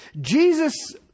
Jesus